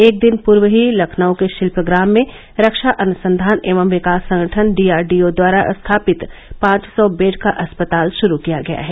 एक दिन पूर्व ही लखनऊ के शिल्प ग्राम में रक्षा अनुसंधान एवं विकास संगठन डीआरडीओ द्वारा स्थापित पांच सौ बेड का अस्पताल शुरू किया गया है